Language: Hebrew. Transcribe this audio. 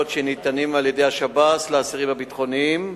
שניתנות על-ידי השב"ס לאסירים הביטחוניים.